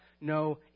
no